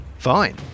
Fine